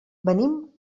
venim